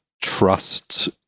trust